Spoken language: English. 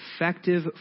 effective